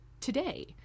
today